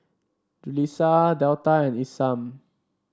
Julisa Delta and Isam